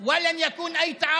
וכי לא יהיה כל שיתוף